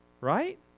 Right